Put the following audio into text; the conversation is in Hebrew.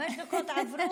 חמש דקות עברו?